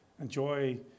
enjoy